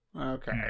Okay